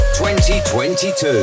2022